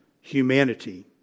humanity